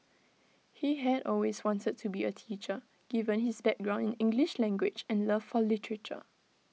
he had always wanted to be A teacher given his background in English language and love for literature